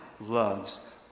loves